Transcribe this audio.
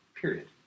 Period